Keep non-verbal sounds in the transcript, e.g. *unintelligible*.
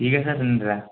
ঠিক আছে তেন্তে *unintelligible*